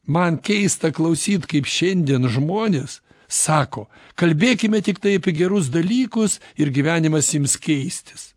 man keista klausyt kaip šiandien žmonės sako kalbėkime tiktai apie gerus dalykus ir gyvenimas ims keistis